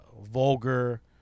vulgar